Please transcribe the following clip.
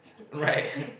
right